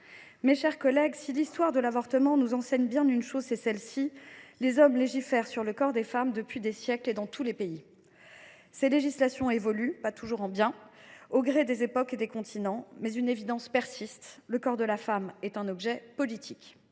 Mes chers collègues, si l’histoire de l’avortement nous enseigne bien une chose, c’est celle ci : les hommes légifèrent sur le corps des femmes depuis des siècles et dans tous les pays. Ces législations évoluent, pas toujours en bien, au gré des époques et des continents, mais une évidence persiste : le corps de la femme est un objet politique.